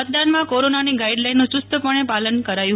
મતદાનમાં કોરોનાની ગાઈડ લાઈનનું ચૂસ્તપણે પાલન કરાયું